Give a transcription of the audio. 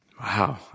Wow